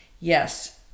yes